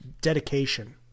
Dedication